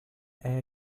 air